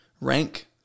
rank